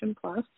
Plus